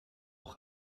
auch